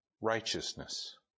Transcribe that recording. Righteousness